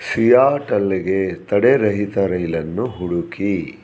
ಸಿಯಾಟಲ್ಗೆ ತಡೆರಹಿತ ರೈಲನ್ನು ಹುಡುಕಿ